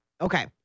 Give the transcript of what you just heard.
Okay